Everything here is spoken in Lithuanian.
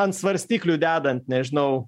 an svarstyklių dedan nežinau